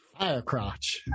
Firecrotch